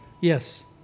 Yes